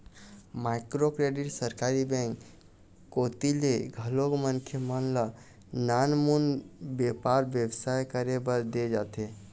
micro credit सरकारी bank कोती ले घलोक मनखे मन ल नानमुन बेपार बेवसाय करे बर देय जाथे